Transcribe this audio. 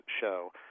show